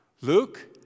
Luke